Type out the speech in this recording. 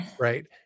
Right